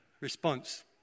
Response